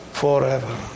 Forever